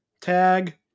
tag